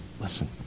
Listen